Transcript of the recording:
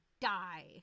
die